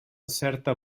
certa